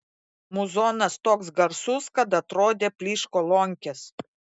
muzonas toks garsus kad atrodė plyš kolonkės